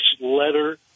letter